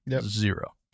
Zero